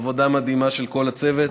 עבודה מדהימה של כל הצוות,